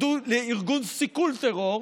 לארגון סיכול טרור,